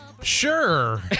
Sure